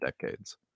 decades